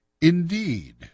Indeed